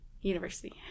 University